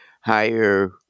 higher